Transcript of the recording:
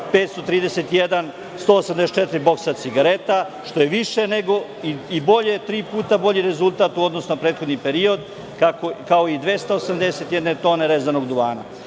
531,184 boksa cigareta, što je više i tri puta bolji rezultat u odnosu na prethodni period, kao i 281 tone rezanog duvana. Znači,